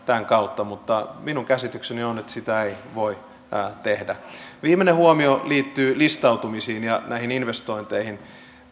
tämän kautta mutta minun käsitykseni on on että sitä ei voi tehdä viimeinen huomio liittyy listautumisiin ja näihin investointeihin